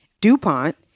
DuPont